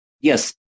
Yes